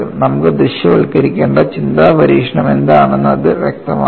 നമുക്ക് ദൃശ്യവൽക്കരിക്കേണ്ട ചിന്താ പരീക്ഷണം എന്താണെന്ന് അത് വ്യക്തമാക്കും